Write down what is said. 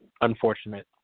unfortunate